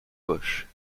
poches